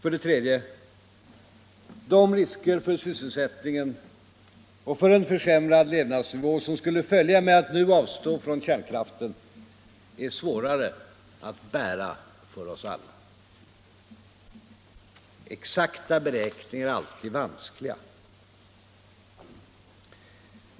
För det tredje: De risker för sysselsättningen och för en försämrad levnadsnivå, som skulle följa med att nu avstå från kärnkraften, är svårare att bära för oss alla. Exakta beräkningar är alltid vanskliga.